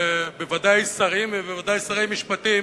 ובוודאי שרים ובוודאי שרי משפטים,